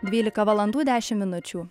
dvylika valandų dešimt minučių